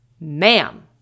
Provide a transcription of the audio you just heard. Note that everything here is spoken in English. ma'am